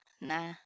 Nah